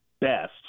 best